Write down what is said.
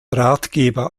ratgeber